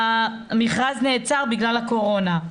המכרז נעצר בגלל הקורונה.